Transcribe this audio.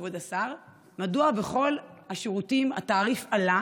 כבוד השר: מדוע בכל השירותים התעריף עלה